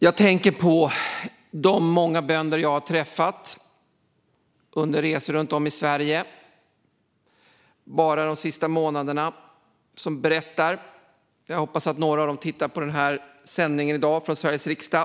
Jag tänker på de många bönder som jag har träffat under resor runt om i Sverige bara de senaste månaderna, och jag hoppas att några av dem tittar på den här sändningen i dag från Sveriges riksdag.